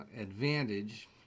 advantage